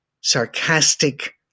sarcastic